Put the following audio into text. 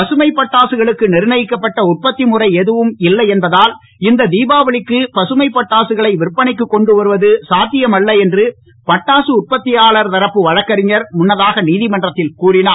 பசுமைப் பட்டாசுகளுக்கு நிர்ணயிக்கப்பட்ட உற்பத்தி முறை எதுவும் இல்லை என்பதால் இந்த தீபாவளிக்கு பசுமை பட்டாசுகளை விற்பனைக்குக் கொண்டுவருவது கார்த்தியமல்ல என்று பட்டாசு உற்பத்தியாளர் தரப்பு வழக்கறிஞர் முன்னதாக நீதிமன்றத்தில் கூறினார்